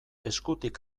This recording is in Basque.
eskutik